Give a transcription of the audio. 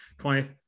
20th